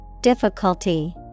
Difficulty